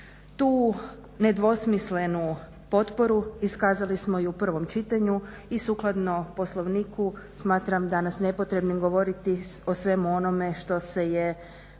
Tu nedvosmislenu potporu iskazali smo i u prvom čitanju i sukladno Poslovniku smatram danas nepotrebnim govoriti o svemu onome što se samim